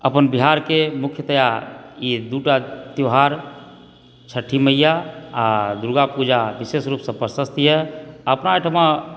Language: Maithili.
अपन बिहारकेँ ई मुख्यतया दूटा त्यौहार छठि मैआ आँ दुर्गापूजा विशेष रूपसँ प्रसस्त यऽ अपना ओहिठमा